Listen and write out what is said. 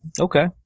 Okay